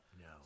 No